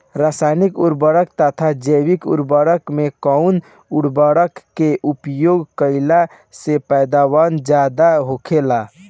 रसायनिक उर्वरक तथा जैविक उर्वरक में कउन उर्वरक के उपयोग कइला से पैदावार ज्यादा होखेला?